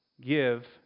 give